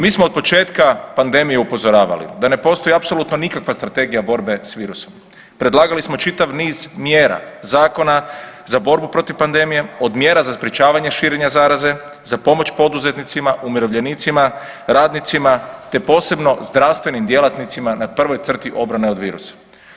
Mi smo otpočetka pandemije upozoravali da ne postoji apsolutno nikakva strategija borbe s virusom, predlagali smo čitav niz mjera, zakona za borbu protiv pandemije, od mjera za sprječavanje širenja zaraze, za pomoć poduzetnicima, umirovljenicima, radnicima, te posebno zdravstvenim djelatnicima na prvoj crti obrane od virusa.